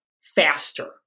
faster